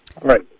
Right